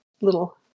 little